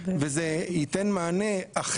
זה יפתור את בעיית הצפיפות וזה ייתן